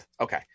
Okay